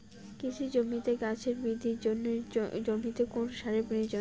কৃষি জমিতে গাছের বৃদ্ধির জন্য জমিতে কোন সারের প্রয়োজন?